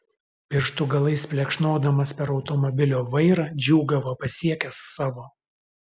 pirštų galais plekšnodamas per automobilio vairą džiūgavo pasiekęs savo